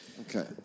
Okay